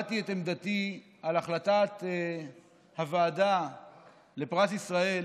כשהבעתי את עמדתי על החלטת הוועדה לפרס ישראל